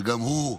שגם הוא,